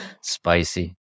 Spicy